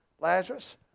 Lazarus